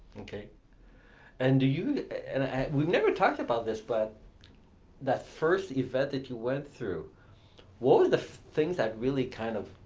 okay and do you, and we've never talked about this, but that first event that you went through, what was the things that really kind of,